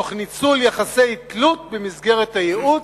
תוך ניצול יחסי תלות במסגרת הייעוץ,